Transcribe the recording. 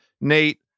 Nate